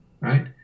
right